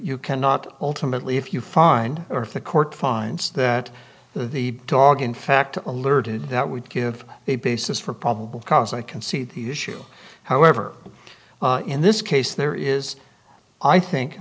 you cannot ultimately if you find or the court finds that the dog in fact alerted that would give a basis for probable cause i can see the issue however in this case there is i think